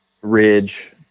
ridge